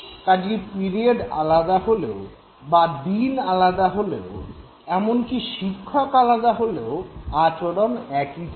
কাজেই পিরিয়ড আলাদা হলেও বা দিন আলাদা হলেও এমনকি শিক্ষক আলাদা হলেও আচরণ একই থাকে